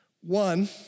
One